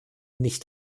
nicht